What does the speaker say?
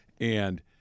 and-